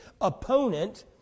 opponent